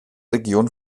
region